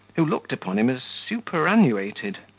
who looked upon him as superannuated,